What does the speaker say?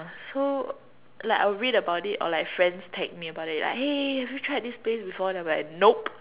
so like I would read about it or like friends tag me about it like hey have you tried this place before and I'll be like nope